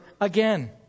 again